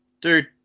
dude